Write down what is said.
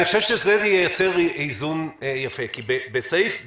אני חושב שזה ייצר איזון יפה כי בסעיף (ב2)